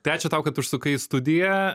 tai ačiū tau kad užsukai į studiją